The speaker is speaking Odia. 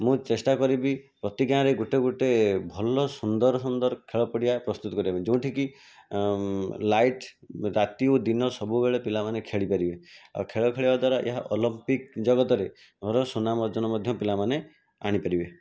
ମୁଁ ଚେଷ୍ଟା କରିବି ପ୍ରତି ଗାଁ'ରେ ଗୋଟିଏ ଗୋଟିଏ ଭଲ ସୁନ୍ଦର ସୁନ୍ଦର ଖେଳ ପଡ଼ିଆ ପ୍ରସ୍ତୁତ କରିବା ପାଇଁ ଯେଉଁଠି କି ଲାଇଟ ରାତି ଓ ଦିନ ସବୁବେଳେ ପିଲାମାନେ ଖେଳିପାରିବେ ଆଉ ଖେଳ ଖେଳିବା ଦ୍ୱାରା ଏହା ଅଲମ୍ପିକ ଜଗତରେ ମଧ୍ୟ ସୁନାମ ଅର୍ଜନ ମଧ୍ୟ ପିଲାମାନେ ଆଣି ପାରିବେ